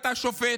אתה שופט.